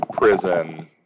prison